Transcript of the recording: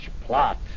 plot